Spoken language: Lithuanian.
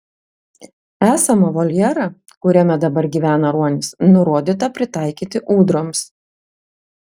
esamą voljerą kuriame dabar gyvena ruonis nurodyta pritaikyti ūdroms